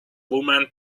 woman